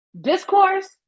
discourse